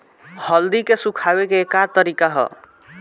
हल्दी के सुखावे के का तरीका ह?